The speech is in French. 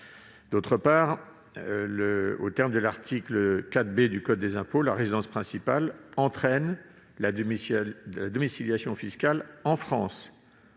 D'autre part, aux termes de l'article 4 B du code général des impôts, la résidence principale entraîne la domiciliation fiscale en France,